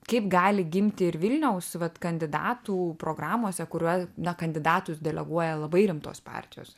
kaip gali gimti ir vilniaus vat kandidatų programose kuriuo na kandidatus deleguoja labai rimtos partijos